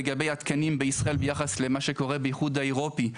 לגבי התקנים בישראל ביחס למה שקורה באיחוד האירופי,